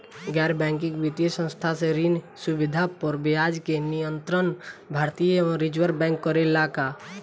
गैर बैंकिंग वित्तीय संस्था से ऋण सुविधा पर ब्याज के नियंत्रण भारती य रिजर्व बैंक करे ला का?